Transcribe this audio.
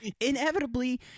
Inevitably